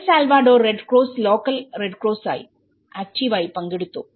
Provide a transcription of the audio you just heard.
L Salvador Red Cross local Red ക്രോസായി active ആയി പങ്കെടുത്തു